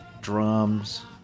drums